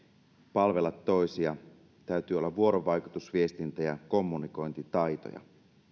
palvella toisia täytyy olla vuorovaikutus viestintä ja kommunikointitaitoja